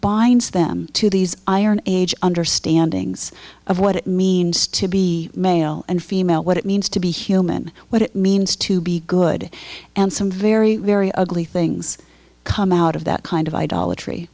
binds them to these iron age understanding's of what it means to be male and female what it means to be human what it means to be good and some very very ugly things come out of that kind of